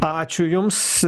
ačiū jums